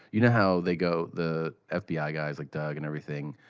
you know how they go the ah fbi ah guy's like doug and everything,